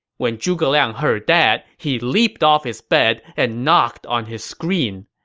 when zhuge liang heard that, he leaped off his bed and knocked on his screen.